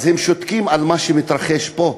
אז הם שותקים על מה שמתרחש פה.